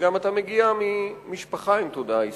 ואתה גם מגיע ממשפחה עם תודעה היסטורית.